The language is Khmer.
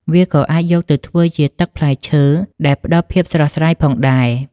វាក៏អាចយកទៅធ្វើជាទឹកផ្លែឈើ ដែលផ្តល់ភាពស្រស់ស្រាយផងដែរ។